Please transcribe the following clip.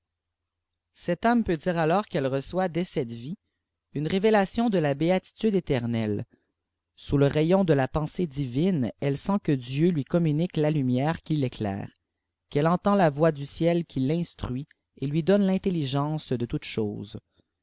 cte âme peut dire alors qu'elle reçoit dès cette vie une révélation de la béatitude éternelle sous le rayon de la pensée divine elle sent que dieu lui communique la lumière qui l'éclairé qu'elle entend la voix du ciel qui l'instruit et lui donne l'intelligence de toutes choses